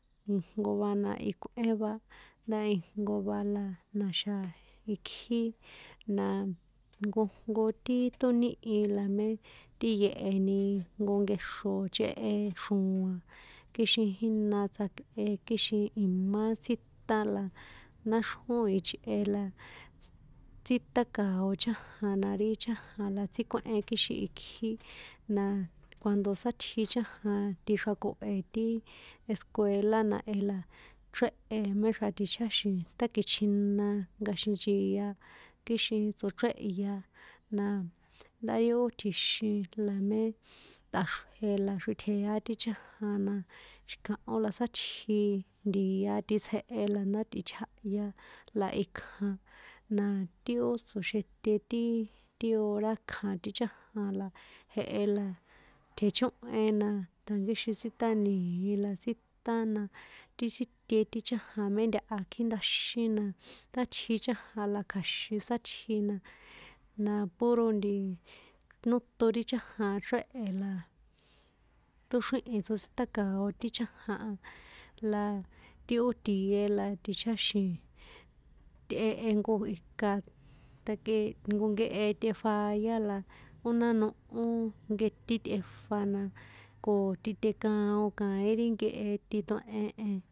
Ijnko va na ikꞌuén va ndá ijnko va na na̱xa̱ ikjí, na nkojnko ti ṭónihi la mé tꞌíye̱heni jnko nkexro chehe xroaa̱n kixin jína tsjakꞌe kixin imá tsíṭán la náxrjón ichꞌe la ss, tsíṭákao̱ chájan la ri chájan la tsíkuéhen kixin ikji na cuando sátji chájan tixrako̱he ti escuela na e la chréhe̱ méxra̱ tichjáxi̱n ṭjaki̱chjina nkaxen nchia kixin tsochènhya na ndá ri ó tji̱xin la mé ṭꞌaxrje la xritjeyá ti chájan na xi̱kahó la sátji ntia̱ titsjehe landá tꞌitjahya la ikja, na ti ó tsoxite ti, ti hora kjan ti chájan la jehe la, tjechóhen natjankíxin tsíṭánii̱n la tsíṭán na, ti sin, ti síte ti chájan mé ntaha kjíndaxin la sátji chájan la kja̱xin sátji na, na puro nti̱ nóṭon ri chájan a chréhe̱ la, ṭóxríhi̱n tsosíṭákao̱ ti chájan a, la ti ó tie la ticháxi̱n, tꞌehe jnko ika a̱kꞌe jnko nkehe a̱fayá la ó ná nohó nketín tꞌefa na, ko ti titekaon kaín ri nkehe titue̱hen.